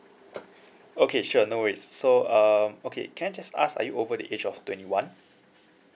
okay sure no worries so uh okay can I just ask are you over the age of twenty one